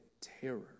terror